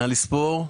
נא לספור.